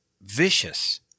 vicious